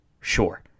sure